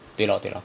对咯对咯